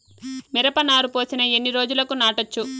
మిరప నారు పోసిన ఎన్ని రోజులకు నాటచ్చు?